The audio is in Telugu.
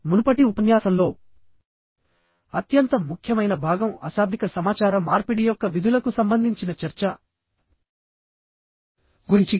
మునుపటి ఉపన్యాసంలో అత్యంత ముఖ్యమైన భాగం అశాబ్దిక సమాచార మార్పిడి యొక్క విధులకు సంబంధించిన చర్చ గురించి